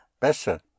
Besser